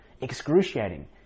excruciating